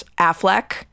Affleck